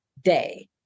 day